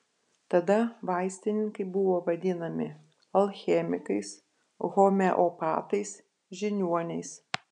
tada vaistininkai buvo vadinami alchemikais homeopatais žiniuoniais